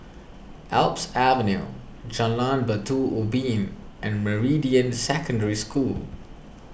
Alps Avenue Jalan Batu Ubin and Meridian Secondary School